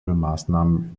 maßnahmen